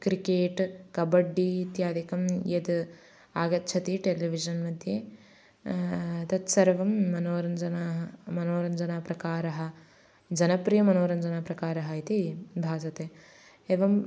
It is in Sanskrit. क्रिकेट् कब्बड्डि इत्यादिकं यद् आगच्छति टेलिविज़न् मध्ये तत्सर्वं मनोरञ्जनं मनोरञ्जनप्रकारः जनप्रियमनोरञ्जनप्रकारः इति भासते एवम्